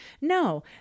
No